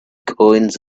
coins